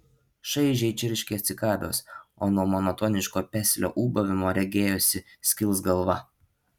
šaižiai čirškė cikados o nuo monotoniško peslio ūbavimo regėjosi skils galva